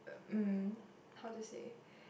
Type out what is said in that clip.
uh um how to say